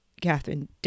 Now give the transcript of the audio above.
Catherine